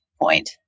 point